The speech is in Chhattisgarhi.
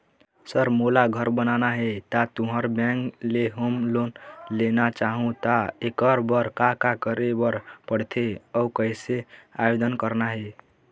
सर मोला घर बनाना हे ता तुंहर बैंक ले होम लोन लेना चाहूँ ता एकर बर का का करे बर पड़थे अउ कइसे आवेदन करना हे?